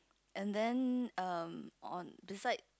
and then um on beside